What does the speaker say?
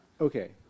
Okay